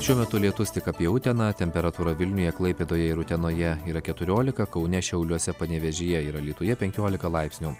šiuo metu lietus tik apie uteną temperatūra vilniuje klaipėdoje ir utenoje yra keturiolika kaune šiauliuose panevėžyje ir alytuje penkiolika laipsnių